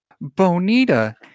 Bonita